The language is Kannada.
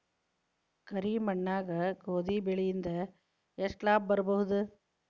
ಕರಿ ಮಣ್ಣಾಗ ಗೋಧಿ ಬೆಳಿ ಇಂದ ಎಷ್ಟ ಲಾಭ ಆಗಬಹುದ?